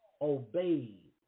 obeyed